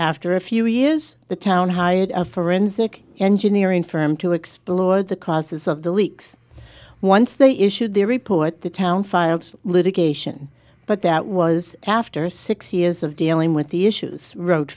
after a few years the town hired a forensic engineering firm to explore the causes of the leaks once they issued the report the town filed litigation but that was after six years of dealing with the issues road